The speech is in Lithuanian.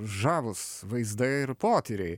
žavūs vaizdai ir potyriai